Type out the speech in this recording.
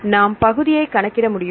நாம் பகுதியை கணக்கிட முடியும்